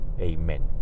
Amen